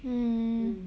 mm